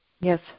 Yes